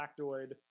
factoid